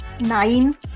Nine